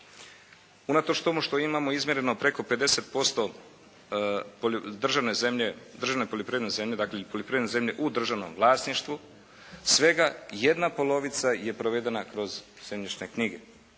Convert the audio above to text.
zemlje, dakle poljoprivredne zemlje u državnom vlasništvu svega jedna polovica je provedena kroz zemljišne knjige.